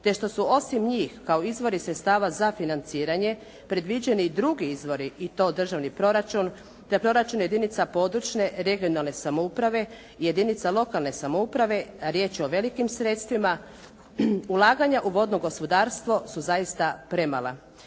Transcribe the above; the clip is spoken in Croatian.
te što su osim njih kao izvori sredstava za financiranje predviđeni i drugi izvori i to državni proračun, te proračun jedinica područne, regionalne samouprave, jedinica lokalne samouprave. Riječ je o velikim sredstvima. Ulaganja u vodno gospodarstvo su zaista premala.